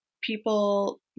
people